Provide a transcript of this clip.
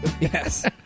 Yes